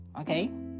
Okay